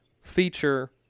feature